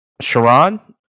Sharon